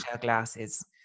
Glasses